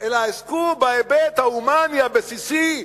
אלא עסקו בהיבט ההומני, הבסיסי,